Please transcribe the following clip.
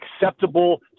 acceptable